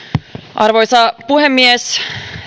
arvoisa puhemies